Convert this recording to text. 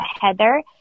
Heather